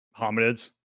hominids